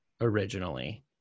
originally